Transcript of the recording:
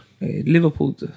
Liverpool